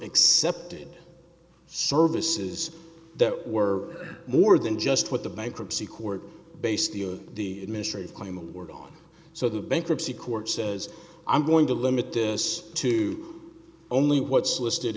accepted services that were more than just what the bankruptcy court based the the administrators claim award on so the bankruptcy court says i'm going to limit this to only what's listed